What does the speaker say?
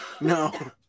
No